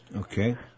Okay